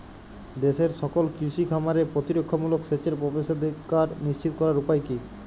দেশের সকল কৃষি খামারে প্রতিরক্ষামূলক সেচের প্রবেশাধিকার নিশ্চিত করার উপায় কি?